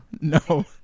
no